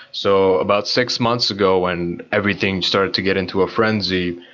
so about six months ago when everything started to get into a frenzy,